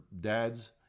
dads